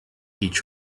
each